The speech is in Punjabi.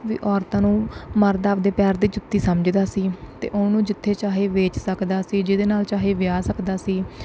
ਵੀ ਔਰਤਾਂ ਨੂੰ ਮਰਦ ਆਪਦੇ ਪੈਰ ਦੀ ਜੁੱਤੀ ਸਮਝਦਾ ਸੀ ਅਤੇ ਉਹਨੂੰ ਜਿੱਥੇ ਚਾਹੇ ਵੇਚ ਸਕਦਾ ਸੀ ਜਿਹਦੇ ਨਾਲ ਚਾਹੇ ਵਿਆਹ ਸਕਦਾ ਸੀ